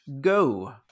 go